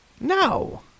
No